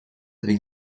avec